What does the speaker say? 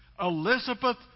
Elizabeth